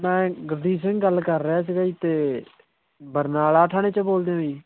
ਮੈਂ ਗੁਰਦੀਪ ਸਿੰਘ ਗੱਲ ਕਰ ਰਿਹਾ ਸੀਗਾ ਜੀ ਅਤੇ ਬਰਨਾਲਾ ਥਾਣੇ 'ਚੋਂ ਬੋਲਦੇ ਹੋ ਜੀ